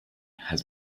has